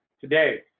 today